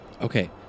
Okay